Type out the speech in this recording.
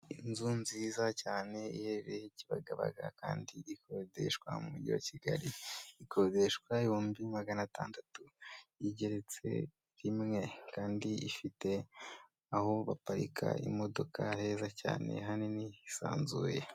Inzu nziza cyane iherereye i kibagabaga kandi ikodeshwa mu mujyi wa Kigali. Ikodeshwa ibihumbi magana atandatu, igeretse rimwe kandi ifite aho baparika imodoka heza cyane hanini hisanzuye.